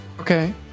okay